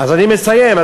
אני מסיים.